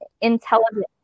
intelligent